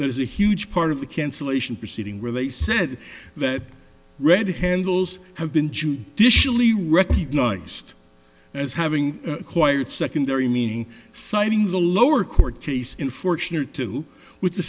that is a huge part of the cancellation proceeding where they said that red handles have been judicially recognized as having acquired secondary meaning citing the lower court case in fortune or two with the